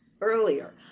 earlier